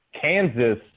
Kansas